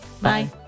Bye